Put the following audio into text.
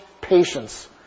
patience